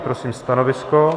Prosím stanovisko.